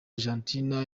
argentina